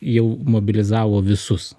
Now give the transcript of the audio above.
jau mobilizavo visus